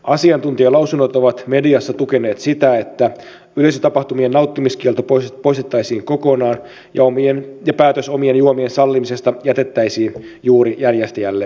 asiantuntijalausunnot ovat mediassa tukeneet sitä että yleisötapahtumien nauttimiskielto poistettaisiin kokonaan ja päätös omien juomien sallimisesta jätettäisiin juuri järjestäjälle ja poliisille